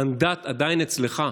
המנדט עדיין אצלך.